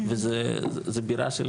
וזה בירה של